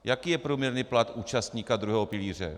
Jaký je průměrný plat účastníka druhého pilíře?